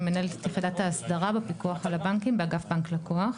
אני מנהלת את יחידת האסדרה בפיקוח על הבנקים באגף בנק לקוח.